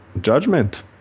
judgment